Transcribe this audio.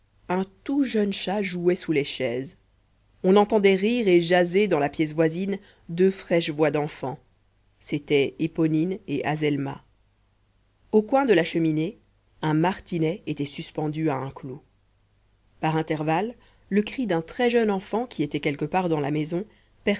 un tout jeune chat jouait sous les chaises on entendait rire et jaser dans pièce voisine deux fraîches voix d'enfants c'était éponine et azelma au coin de la cheminée un martinet était suspendu à un clou par intervalles le cri d'un très jeune enfant qui était quelque part dans la maison